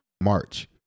March